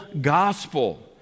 gospel